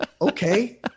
Okay